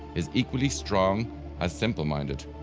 is equally strong as simpleminded,